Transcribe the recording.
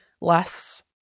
less